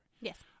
Yes